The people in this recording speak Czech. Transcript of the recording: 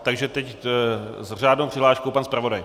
Takže teď s řádnou přihláškou pan zpravodaj.